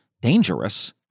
dangerous